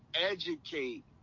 educate